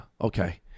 okay